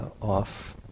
off